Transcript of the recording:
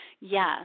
Yes